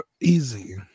Easy